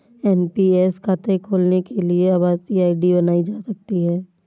NPS खाता खोलने के लिए आभासी आई.डी बनाई जा सकती है